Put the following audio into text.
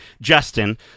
Justin